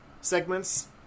segments